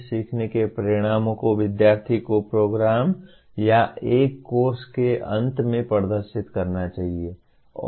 सीखने के परिणामों को विद्यार्थी को प्रोग्राम या एक कोर्स के अंत में प्रदर्शित करना चाहिए